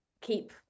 keep